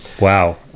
wow